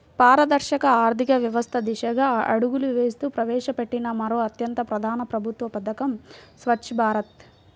పారదర్శక ఆర్థిక వ్యవస్థ దిశగా అడుగులు వేస్తూ ప్రవేశపెట్టిన మరో అత్యంత ప్రధాన ప్రభుత్వ పథకం స్వఛ్చ భారత్